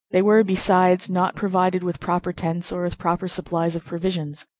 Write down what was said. they were, besides, not provided with proper tents or with proper supplies of provisions.